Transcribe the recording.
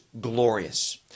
glorious